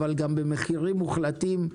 אבל גם במחירים מוחלטים,